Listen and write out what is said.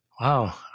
wow